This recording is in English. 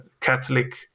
Catholic